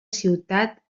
ciutat